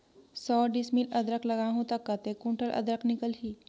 सौ डिसमिल अदरक लगाहूं ता कतेक कुंटल अदरक निकल ही?